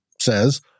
says